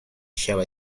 shall